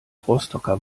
rostocker